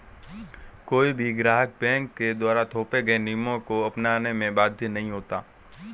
कोई भी ग्राहक बैंक के द्वारा थोपे गये नियमों को अपनाने में बाध्य नहीं होता